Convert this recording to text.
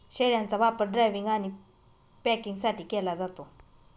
शेळ्यांचा वापर ड्रायव्हिंग आणि पॅकिंगसाठी केला जातो